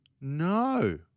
no